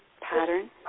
pattern